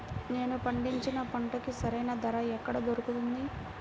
నేను పండించిన పంటకి సరైన ధర ఎక్కడ దొరుకుతుంది?